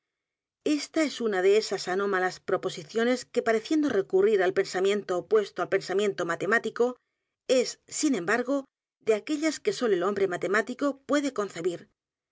ésta es una de esas anómalas proposiciones que pareciendo recurrir al pensamiento opuesto al pensamiento matemático es sin embargo de aquellas que sólo el hombre matemático puede concebir